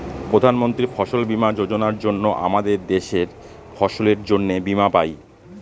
প্রধান মন্ত্রী ফসল বীমা যোজনার জন্য আমাদের দেশের ফসলের জন্যে বীমা পাই